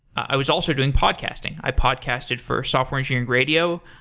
i was also doing podcasting. i podcasted for software engineering radio.